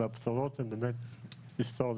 והבשורות הן היסטוריות.